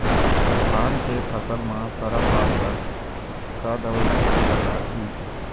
धान के फसल म सरा पान बर का दवई छीचे बर लागिही?